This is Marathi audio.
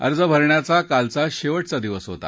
अर्ज भरण्याचा कालचा शेवटचा दिवस होता